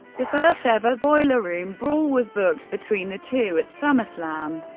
the first ever boiler room brawl was booked between the two at summerslam.